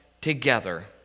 together